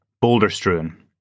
boulder-strewn